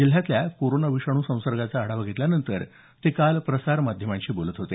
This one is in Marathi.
जिल्ह्यातल्या कोरोना विषाणू संसर्गाचा आढावा घेतल्यानंतर ते काल प्रसारमाध्यमांशी बोलत होते